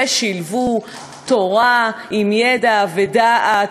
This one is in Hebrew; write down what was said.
ושילבו תורה עם ידע ודעת,